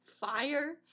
fire